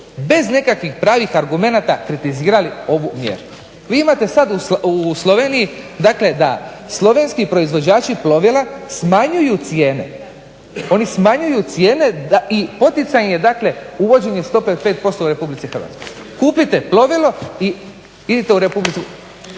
bez nekakvih pravih argumenata kritizirali ovu mjeru. Vi imate sad u Sloveniji dakle da slovenski proizvođači plovila smanjuju cijene, oni smanjuju cijene i poticaj im je dakle uvođenje stope od 5% u RH. Kupite plovilo i idite u RH.